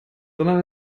sondern